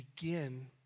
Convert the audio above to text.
begin